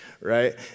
right